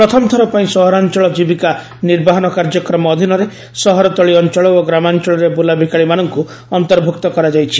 ପ୍ରଥମ ଥରପାଇଁ ସହରାଂଚଳ କ୍ରୀବିକା ନିର୍ବାହନ କାର୍ଯ୍ୟକ୍ରମ ଅଧୀନରେ ସହରତଳି ଅଂଚଳ ଓ ଗ୍ରାମାଂଚଳରେ ବୁଲାବିକାଳିମାନଙ୍କୁ ଅନ୍ତର୍ଭୁକ୍ତ କରାଯାଇଛି